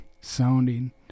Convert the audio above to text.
sounding